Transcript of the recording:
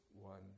one